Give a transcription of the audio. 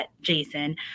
Jason